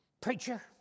Preacher